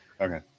Okay